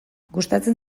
gustatzen